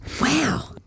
Wow